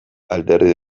alderdi